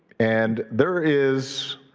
and there is,